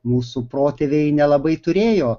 mūsų protėviai nelabai turėjo